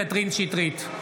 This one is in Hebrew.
שטרית,